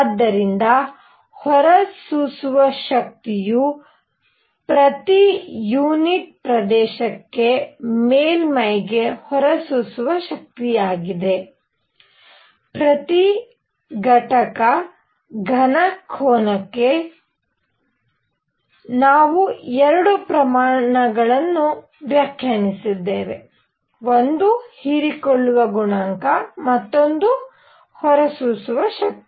ಆದ್ದರಿಂದ ಹೊರಸೂಸುವ ಶಕ್ತಿಯು ಪ್ರತಿ ಯುನಿಟ್ ಪ್ರದೇಶಕ್ಕೆ ಮೇಲ್ಮೈಗೆ ಹೊರಸೂಸುವ ಶಕ್ತಿಯಾಗಿದೆ ಪ್ರತಿ ಘಟಕ ಘನ ಕೋನಕ್ಕೆ ನಾವು 2 ಪ್ರಮಾಣಗಳನ್ನು ವ್ಯಾಖ್ಯಾನಿಸಿದ್ದೇವೆ ಹೀರಿಕೊಳ್ಳುವ ಗುಣಾಂಕ ಮತ್ತು ಹೊರಸೂಸುವ ಶಕ್ತಿ